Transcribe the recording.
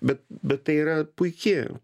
bet bet tai yra puiki